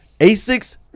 Asics